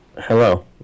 Hello